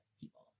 people